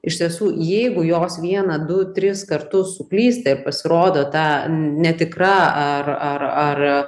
iš tiesų jeigu jos vieną du tris kartus suklysta ir pasirodo ta netikra ar ar ar